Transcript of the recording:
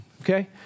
Okay